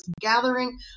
gathering